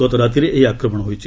ଗତ ରାତିରେ ଏହି ଆକ୍ରମଣ ହୋଇଛି